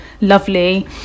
lovely